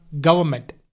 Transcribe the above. government